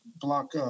block